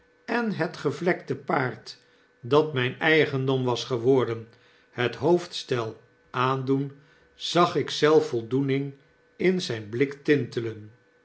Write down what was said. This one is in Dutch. en het gevlekte paard dat myn eigendom was geworaen het hoofdstel aandoen zag ik zelfvoldoening in zijn blik tintelen